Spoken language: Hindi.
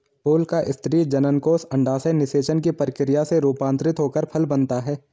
फूल का स्त्री जननकोष अंडाशय निषेचन की प्रक्रिया से रूपान्तरित होकर फल बनता है